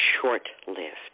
short-lived